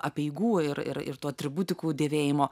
apeigų ir ir ir tų atributikų dėvėjimo